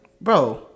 Bro